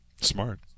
Smart